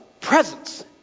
presence